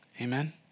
Amen